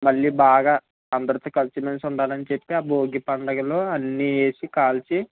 మళ్ళీ బాగా అందరితో కలిసి మెలిసి ఉండాలని చెప్పి ఆ భోగి పండుగలో అన్నీ వేసి కాల్చి